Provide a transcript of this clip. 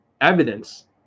Evidence